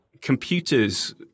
computers